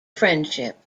friendship